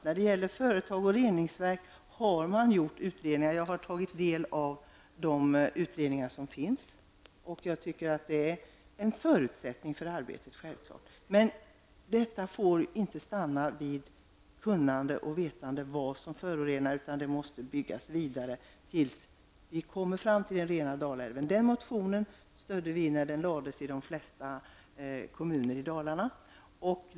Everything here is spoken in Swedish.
När det gäller företag och reningsverken har man gjort utredningar. Jag har tagit del av de utredningar som finns. De är ju en förutsättning för arbetet. Men det får inte stanna vid kunskap och vetande om vad som förorenar, utan här måste vi bygga vidare tills vi har renat Dalälven. Vi stödde den motionen härom när den som väcktes i de flesta kommunerna i Dalarna.